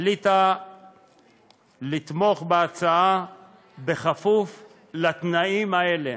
החליטה לתמוך בהצעה בכפוף לתנאים האלה,